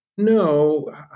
No